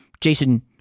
Jason